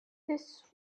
this